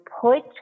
put